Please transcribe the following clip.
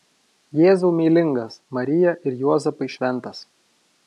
jėzau meilingas marija ir juozapai šventas